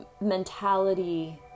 mentality